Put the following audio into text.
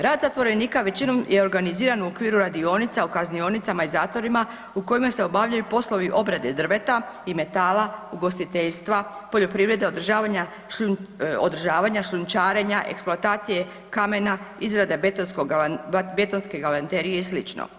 Rad zatvorenika većinom je organiziran u okviru radionica u kaznionicama i zatvorima u kojima se obavljaju poslovi obrade drveta i metala, ugostiteljstva, poljoprivrede, održavanja, šljunčarenja, eksploatacije kamena, izrade betonske galanterije i slično.